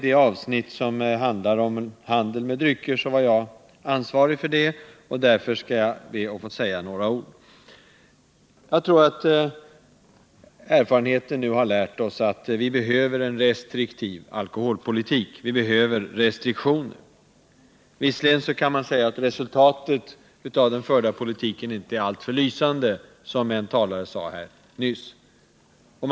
Det avsnitt som rör handel med drycker var jag ansvarig för, och därför skall jag be att få säga några ord. Jag tror att erfarenheten nu har lärt oss att vi behöver en restriktiv alkoholpolitik, att vi behöver restriktioner. Visserligen kan man säga att resultatet av den förda politiken inte är alltför lysande, som en talare nyss påpekade.